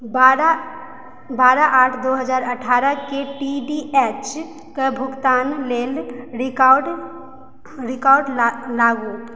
बारह बारह आठ दो हजार अठारहके डी टी एच के भुगतानके लेल रिमाइन्डर लगाउ